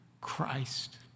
Christ